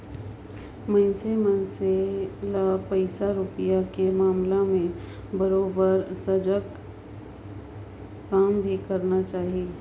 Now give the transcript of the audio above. मइनसे मन से ल पइसा रूपिया के मामला में बरोबर सजग हरे काम भी करना चाही